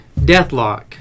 Deathlock